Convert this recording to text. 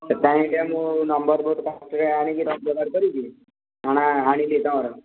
ଏ କାହିଁକିନା ମୁଁ ନମ୍ୱର୍ ବହୁତ କଷ୍ଟରେ ଆଣିକି ଯୋଗାଡ଼ କରିକି ମାନେ ଆଣିକି ତୁମର